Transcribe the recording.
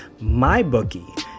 MyBookie